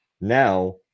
Now